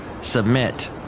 submit